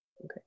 Okay